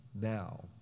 now